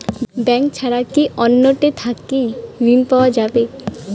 Bank ছাড়া কি অন্য টে থাকি ঋণ পাওয়া যাবে?